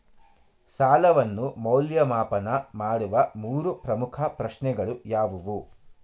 ಸಾಲವನ್ನು ಮೌಲ್ಯಮಾಪನ ಮಾಡುವ ಮೂರು ಪ್ರಮುಖ ಪ್ರಶ್ನೆಗಳು ಯಾವುವು?